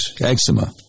eczema